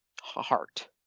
Heart